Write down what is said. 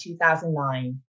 2009